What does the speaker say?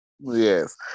yes